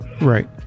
Right